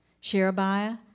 Sherebiah